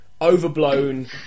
overblown